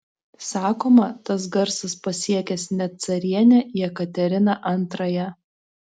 sakoma tas garsas pasiekęs net carienę jekateriną antrąją